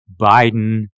Biden